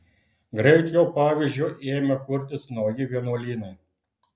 greit jo pavyzdžiu ėmė kurtis nauji vienuolynai